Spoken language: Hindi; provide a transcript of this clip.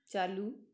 चालू